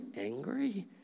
angry